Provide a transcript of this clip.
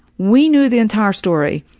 we knew the entire story.